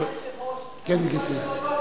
אדוני היושב-ראש, כן, גברתי.